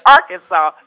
Arkansas